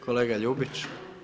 Kolega Ljubić.